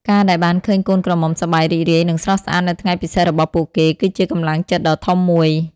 ការដែលបានឃើញកូនក្រមុំសប្បាយរីករាយ និងស្រស់ស្អាតនៅថ្ងៃពិសេសរបស់ពួកគេ គឺជាកម្លាំងចិត្តដ៏ធំមួយ។